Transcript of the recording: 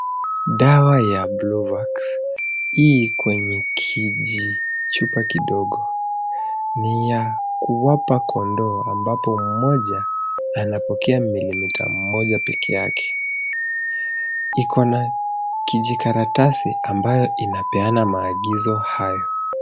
Dawa ya Bluevax, i kwenye kijichupa kidogo. Ni ya kuwapa kondoo ambapo mmoja anapokea milimita moja pekeake. Iko na kijikaratasi ambayo inapeana maagizo hayo.